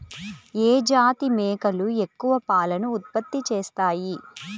ఏ జాతి మేకలు ఎక్కువ పాలను ఉత్పత్తి చేస్తాయి?